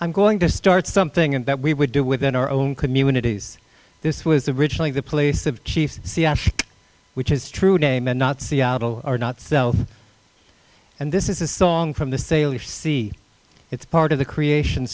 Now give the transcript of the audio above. i'm going to start something and that we would do within our own communities this was originally the police of chief seattle which is true de mint not seattle or not so and this is a song from the sale you see it's part of the creation